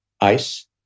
ice